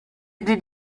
did